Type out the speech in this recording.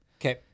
Okay